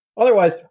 Otherwise